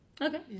Okay